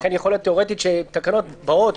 לכן יכול להיות תיאורטית שתקנות באות,